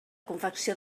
confecció